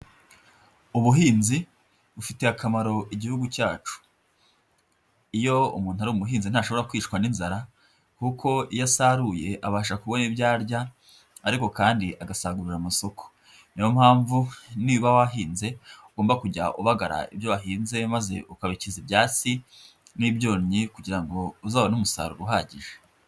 Ubuhinzi bufitiye akamaro Igihugu cyacu, iyo umuntu ari umuhinzi ntashobora kwicwa n'inzara kuko iyo asaruye abasha kubona ibyo arya ariko kandi agasagurira amasoko, ni yo mpamvu niba wahinze ugomba kujya ubagara ibyo wahinze maze ukabikiza ibyasi n'ibyonnyi kugira ngo uzabone umusaruro uhagije.